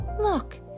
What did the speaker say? Look